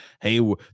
hey